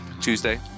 Tuesday